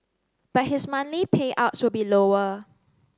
but his monthly payouts should be lower